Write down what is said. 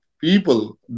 people